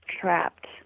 trapped